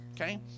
Okay